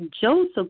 Joseph